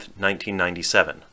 1997